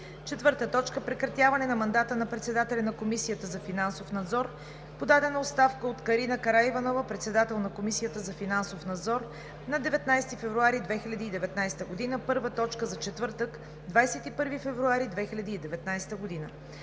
2018 г. 4. Прекратяване на мандата на председателя на Комисията за финансов надзор. Подадена оставка от Карина Караиванова – председател на Комисията за финансов надзор на 19 февруари 2019 г., първа точка за четвъртък, 21 февруари 2019 г.